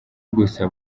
gusa